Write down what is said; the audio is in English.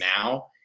now